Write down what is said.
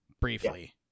briefly